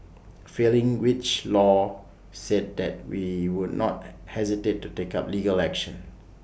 failing which law said that we would not hesitate to take up legal action